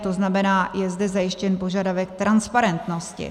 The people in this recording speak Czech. To znamená, je zde zajištěn požadavek transparentnosti.